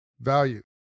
value